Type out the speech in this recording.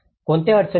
कोणत्या अडचणी आहेत